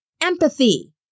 empathy